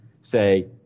say